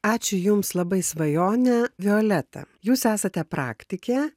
ačiū jums labai svajone violeta jūs esate praktikė